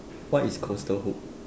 what is coastal hook